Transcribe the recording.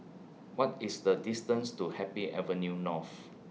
What IS The distance to Happy Avenue North